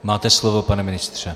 Máte slovo, pane ministře.